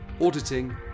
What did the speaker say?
auditing